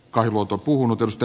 arvoisa puhemies